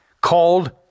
called